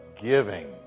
giving